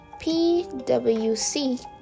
PWC